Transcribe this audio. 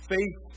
Faith